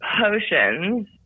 Potions